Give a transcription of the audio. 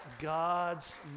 God's